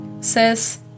says